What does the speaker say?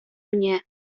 mnie